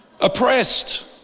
Oppressed